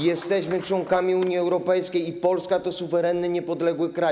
Jesteśmy członkami Unii Europejskiej i Polska to suwerenny, niepodległy kraj.